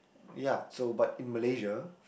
ya so but in Malaysia